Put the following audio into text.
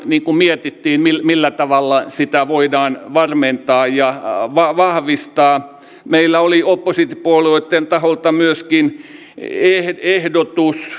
mietimme millä millä tavalla sitä voidaan varmentaa ja vahvistaa meillä oli oppositiopuolueitten taholta myöskin ehdotus